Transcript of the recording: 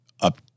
up